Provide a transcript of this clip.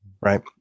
Right